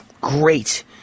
great